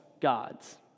gods